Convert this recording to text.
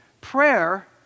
prayer